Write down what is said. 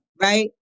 Right